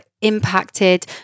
impacted